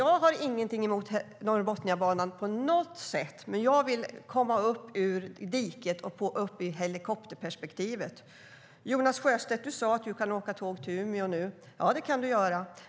Jag har ingenting emot Norrbotniabanan på något sätt, men jag vill komma upp ur diket och upp i helikopterperspektivet. Du sade att du kan åka tåg till Umeå nu, Jonas Sjöstedt. Ja, det kan du göra.